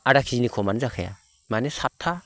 आदा केजिनि खमानो जाखाया माने सातता